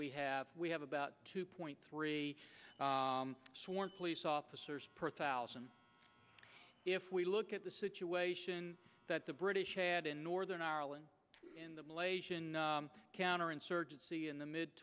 we have we have about two point three sworn police officers per thousand if we look at the situation that the british had in northern ireland in the malaysian counterinsurgency in the mid